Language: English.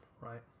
right